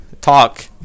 talk